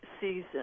season